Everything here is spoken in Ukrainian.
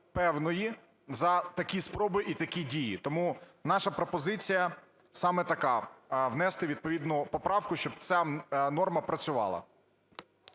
певної за такі спроби і такі дії. Тому наша пропозиція саме така: внести відповідну поправку, щоб ця норма працювала.